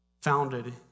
founded